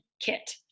kit